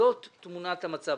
זאת תמונת המצב.